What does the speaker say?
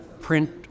print